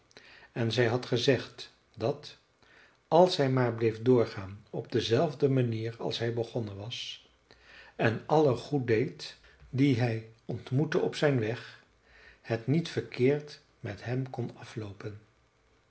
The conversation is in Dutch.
en zij had gezegd dat als hij maar bleef doorgaan op dezelfde manier als hij begonnen was en allen goed deed die hij ontmoette op zijn weg het niet verkeerd met hem kon afloopen